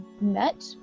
met